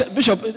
Bishop